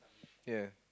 here